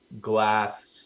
glass